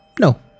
No